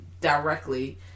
directly